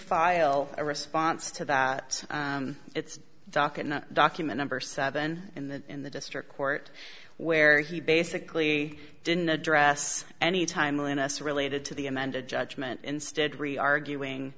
file a response to that its docket document ember seven in the in the district court where he basically didn't address any timeliness related to the amended judgment instead re arguing